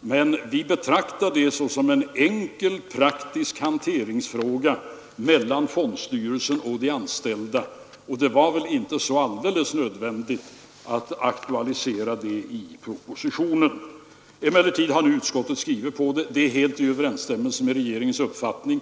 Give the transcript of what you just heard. men vi betraktar detta som en enkel praktisk handläggningsfråga mellan fondstyrelsen och de anställda, som det väl inte var så alldeles nödvändigt att aktualisera i propositionen. Emellertid har nu utskottet skrivit under på detta, och det är helt i överensstämmelse med regeringens uppfattning.